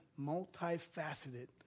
multifaceted